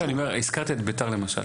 הזכרת את בית"ר למשל.